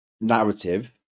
narrative